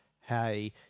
Hey